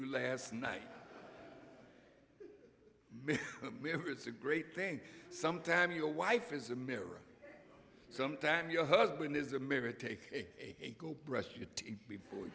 you last night it's a great thing sometime your wife is a mirror sometime your husband is a mirror take a go brush your teeth before